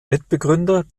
mitbegründer